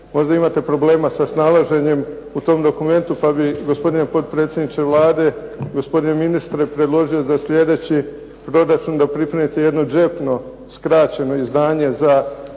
Možda imate problema sa snalaženjem u tom dokumentu. Pa bih gospodine potpredsjedniče Vlade, gospodine ministre predložio da za sljedeći proračun pripremite jedno džepno skraćeno izdanje za